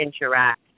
interact